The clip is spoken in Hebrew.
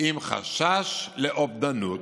עם חשש לאובדנות,